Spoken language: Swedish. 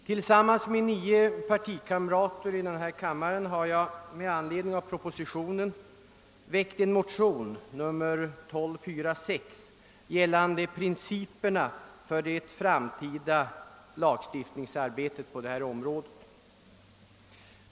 Tillsammans med nio partikamrater i denna kammare har jag med anledning av propositionen väckt en motion 1[: 1246 — likalydande med nr I:991 — gällande principerna för det framtida lagstiftningsarbetet på detta område.